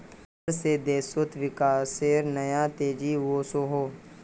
कर से देशोत विकासेर नया तेज़ी वोसोहो